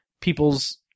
people's